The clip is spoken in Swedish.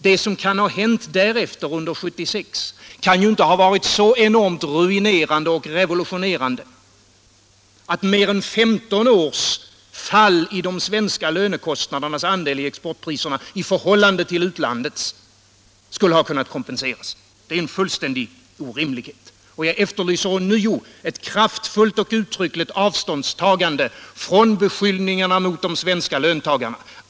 Det som kan ha hänt därefter under 1976 kan inte ha varit så enormt ruinerande och revolutionerande att mer än 15 års fall i de svenska lönekostnadernas andel av exportpriserna i förhållande till utlandets skulle ha kunnat kompenseras. Det är en fullständig orimlighet. Jag efterlyser ånyo ett kraftfullt och uttryckligt avståndstagande från beskyllningarna mot de svenska löntagarna.